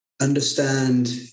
Understand